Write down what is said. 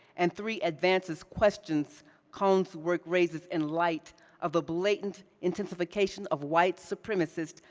and three, advances questions cone's work raises in light of the blatant intensification of white supremacists,